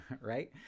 right